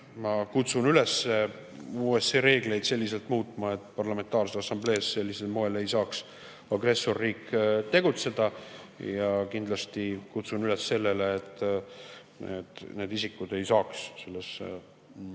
ma kutsun üles OSCE reegleid selliselt muutma, et parlamentaarses assamblees sellisel moel ei saaks agressorriik tegutseda. Ja kindlasti kutsun üles sellele, et need isikud ei saaks sellel